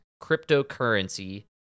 cryptocurrency